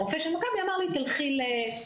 הרופא של מכבי אמר לי: תלכי לכירופרקט